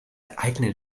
eigenen